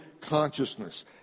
consciousness